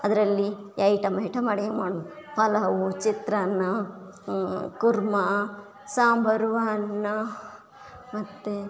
ಅದರಲ್ಲಿ item item ಅಡುಗೆ ಮಾಡಬೇಕು ಪಲಾವು ಚಿತ್ರಾನ್ನ ಕೂರ್ಮ ಸಾಂಬಾರು ಅನ್ನ ಮತ್ತೆ